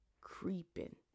creeping